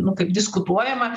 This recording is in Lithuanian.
nu kaip diskutuojama